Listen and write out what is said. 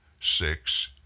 six